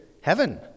heaven